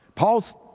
Paul's